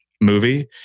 movie